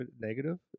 negative